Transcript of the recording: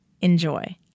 Enjoy